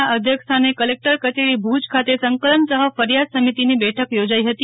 ના અધ્યક્ષસ્થાને કલેકટર કચેરી ભુજ ખાતે સંકલન સફ ફરિયાદ સમિતિની બેઠક યોજાઈ હતી